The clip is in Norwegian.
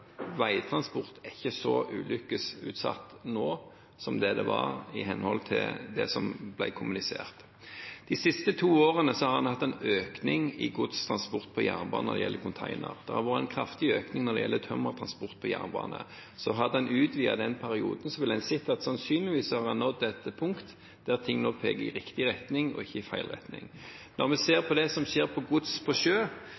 veitransport ikke er så ulykkesutsatt nå som den var i henhold til det som ble kommunisert. De siste to årene har en hatt en økning i godstransport på jernbane når det gjelder konteiner. Det har vært en kraftig økning når det gjelder tømmertransport på jernbane. Hadde en utvidet perioden, ville en sannsynligvis sett at en har nådd et punkt der ting peker i riktig retning, og ikke i feil retning. Når vi